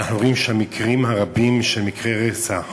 אנחנו רואים שהמקרים הרבים, מקרי רצח